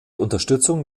unterstützung